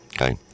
okay